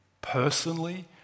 personally